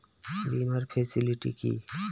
বীমার ফেসিলিটি কি?